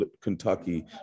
Kentucky